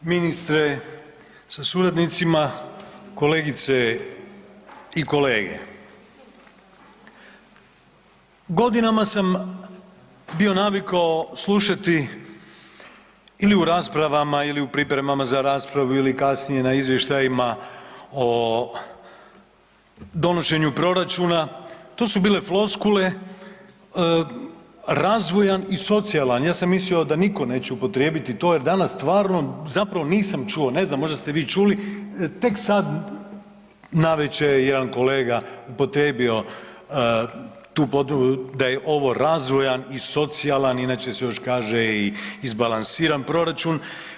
Ministre sa suradnicima, kolegice i kolege, godinama sam bio navikao slušati ili u raspravama ili u pripremam za raspravu ili kasnije na izvještajima o donošenju proračuna, to su bile floskule, razvojan i socijalan, ja sam mislio da nitko neće upotrijebiti to jer danas stvarno zapravo nisam čuo, ne znam možda ste vi čuli, tek sad navečer je jedan kolega upotrijebio tu …/nerazumljivo/… da je ovo razvojan i socijalan inače se još kaže i izbalansiran proračun.